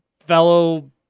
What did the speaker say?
fellow